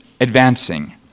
advancing